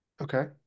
Okay